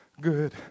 good